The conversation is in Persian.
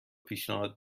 پیشنهاد